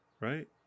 Right